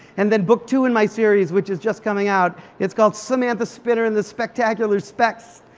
and then book two in my series, which is just coming out. it's called samantha spinner and the spectacular specs.